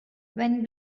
when